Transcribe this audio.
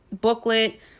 booklet